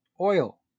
Oil